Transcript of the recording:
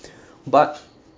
but